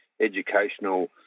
educational